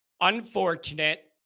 unfortunate